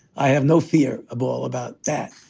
i have no fear a bull about that.